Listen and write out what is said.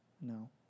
No